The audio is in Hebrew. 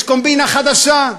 יש קומבינה חדשה.